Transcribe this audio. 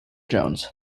jones